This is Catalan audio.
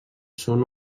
són